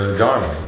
Dharma